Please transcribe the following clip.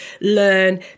learn